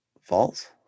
False